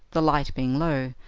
the light being low,